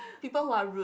people who are rude